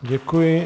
Děkuji.